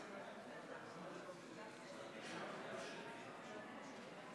תוצאות ההצבעה: נגד,